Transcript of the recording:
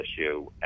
issue